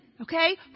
Okay